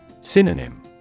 Synonym